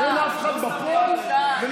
אין אף אחד בפועל ולמעשה.